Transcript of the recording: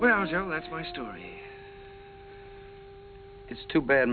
well that's my story it's too bad